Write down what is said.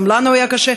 גם לנו היה קשה,